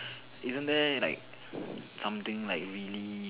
isn't there like something like really